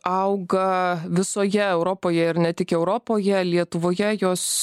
auga visoje europoje ir ne tik europoje lietuvoje jos